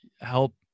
help